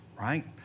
right